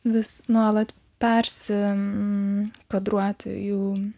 vis nuolat persikadruoti jų